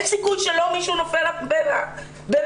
אין סיכוי שלא ייפול לך מישהו בין הידיים.